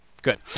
Good